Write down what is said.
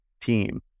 team